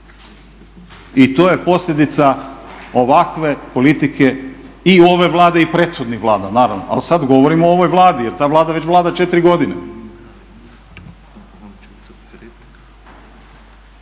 i to je posljedica ovakve politike i ove Vlade i prethodnih vlada naravno, ali sada govorimo o ovoj Vladi jer ta Vlada vlada već 4 godine.